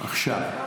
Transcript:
עכשיו.